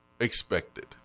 expected